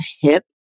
hip